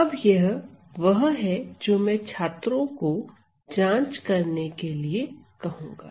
अब यह वह है जो मैं छात्रों को जांच करने के लिए कहूंगा